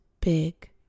big